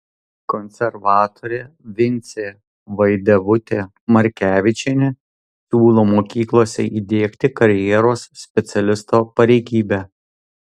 konservatorė vincė vaidevutė markevičienė siūlo mokyklose įdiegti karjeros specialisto pareigybę